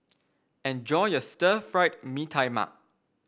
enjoy your Stir Fried Mee Tai Mak